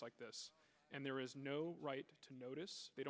like this and there is no right to notice they